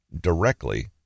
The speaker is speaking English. directly